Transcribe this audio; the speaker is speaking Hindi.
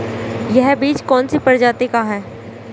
यह बीज कौन सी प्रजाति का है?